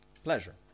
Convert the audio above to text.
Pleasure